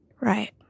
Right